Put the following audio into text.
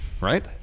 Right